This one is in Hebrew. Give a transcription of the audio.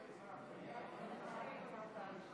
56 בעד, 58 נגד.